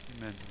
Amen